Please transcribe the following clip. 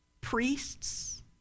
priests